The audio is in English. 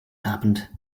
happened